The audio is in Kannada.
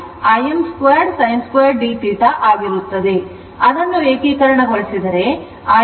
ಆದ್ದರಿಂದ ಅದನ್ನು ಏಕೀಕರಣಗೊಳಿಸಿದರೆ Im 2 √2 ಸಿಗುತ್ತದೆ